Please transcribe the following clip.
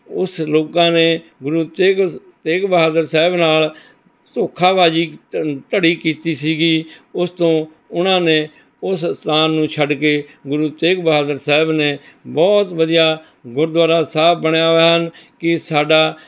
ਉਸ ਲੋਕਾਂ ਨੇ ਗੁਰੂ ਤੇਗ ਤੇਗ ਬਹਾਦਰ ਸਾਹਿਬ ਨਾਲ ਧੋਖਾਬਾਜ਼ੀ ਧੜੀ ਕੀਤੀ ਸੀਗੀ ਉਸ ਤੋਂ ਉਨ੍ਹਾਂ ਨੇ ਉਸ ਸਥਾਨ ਨੂੰ ਛੱਡ ਕੇ ਗੁਰੂ ਤੇਗ ਬਹਾਦਰ ਸਾਹਿਬ ਨੇ ਬਹੁਤ ਵਧੀਆ ਗੁਰਦੁਆਰਾ ਸਾਹਿਬ ਬਣਿਆ ਹੋਇਆ ਹਨ ਕਿ ਸਾਡਾ